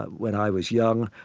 when i was young,